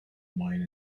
mine